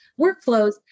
workflows